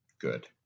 good